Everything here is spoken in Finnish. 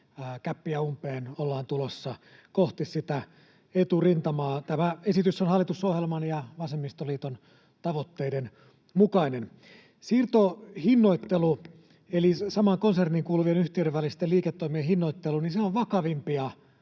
gäppiä umpeen, ollaan tulossa kohti sitä eturintamaa. Tämä esitys on hallitusohjelman ja vasemmistoliiton tavoitteiden mukainen. Siirtohinnoittelu, eli samaan konserniin kuuluvien yhtiöiden välisten liiketoimien hinnoittelu, on vakavimpia